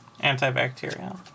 antibacterial